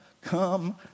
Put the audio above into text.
come